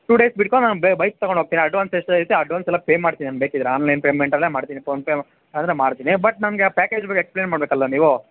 two days ಬಿಟ್ಕೊಂಡು ನಾನು ಬೆ ಬೈಕ್ ತಗೊಂಡೋಗ್ತೀನಿ ಅಡ್ವಾನ್ಸ್ ಎಷ್ಟೈತೆ ಅಡ್ವಾನ್ಸ್ ಎಲ್ಲ ಪೇ ಮಾಡ್ತೀನಿ ನಾನು ಬೇಕಿದ್ದರೆ ಆನ್ಲೈನ್ ಪೇಮೆಂಟಲ್ಲೇ ಮಾಡ್ತೀನಿ ಫೋನ್ಪೇ ಆದರೆ ಮಾಡ್ತೀನಿ ಬಟ್ ನಮಗೆ ಆ ಪ್ಯಾಕೇಜ್ ಬಗ್ಗೆ ಎಕ್ಸ್ಪ್ಲೇನ್ ಮಾಡಬೇಕಲ್ಲ ನೀವು